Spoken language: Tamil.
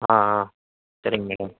ஆ ஆ சரிங்க மேடம்